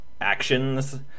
actions